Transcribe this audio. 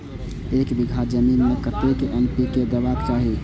एक बिघा जमीन में कतेक एन.पी.के देबाक चाही?